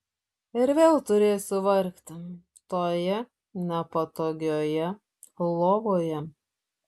ir vėl turėsiu vargti toje nepatogiojoje lovoje